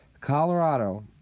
Colorado